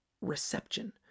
reception